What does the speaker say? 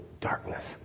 darkness